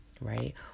right